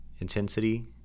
intensity